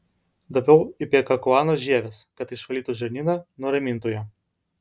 daviau ipekakuanos žievės kad išvalytų žarnyną nuramintų ją